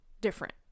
different